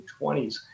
20s